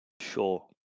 Sure